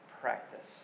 practice